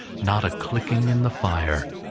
not a clicking in the fire,